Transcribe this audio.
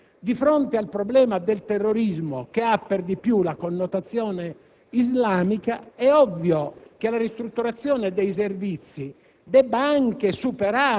sul quale pende un punto interrogativo: oggi la riorganizzazione dei Servizi tiene conto di un mutato equilibrio internazionale.